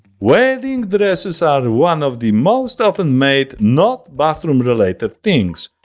wedding dresses are one of the most often made not-bathroom related things.